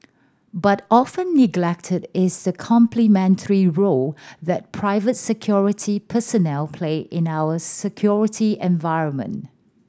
but often neglected is the complementary role that private security personnel play in our security environment